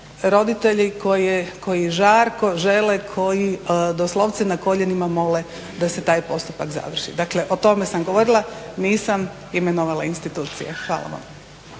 roditelji koji žarko žele, koji doslovce na koljenima mole da se taj postupak završi. Dakle, o tome sam govorila, nisam imenovala institucije. Hvala vam.